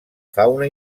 fauna